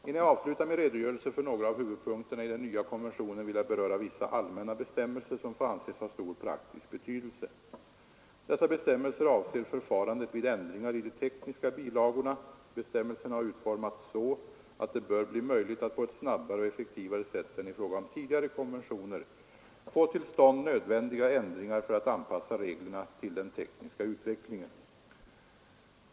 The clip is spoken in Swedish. Innan jag avslutar min redogörelse för några av huvudpunkterna i den nya konventionen vill jag beröra vissa allmänna bestämmelser som får anses ha stor praktisk betydelse. Dessa bestämmelser avser förfarandet vid ändringar i de tekniska bilagorna. Bestämmelserna har utformats så, att det bör bli möjligt att på ett snabbare och effektivare sätt än i fråga om tidigare konventioner få till stånd nödvändiga ändringar för att anpassa reglerna till den tekniska utvecklingen.